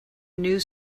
news